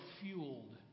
fueled